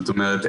זאת אומרת,